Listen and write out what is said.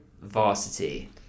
Varsity